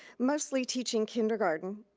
mostly teaching kindergarten.